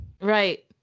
Right